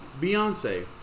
Beyonce